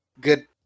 good